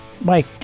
Mike